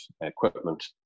equipment